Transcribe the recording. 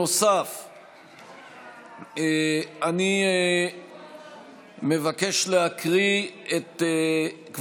אבל אני רוצה להגיד לכם,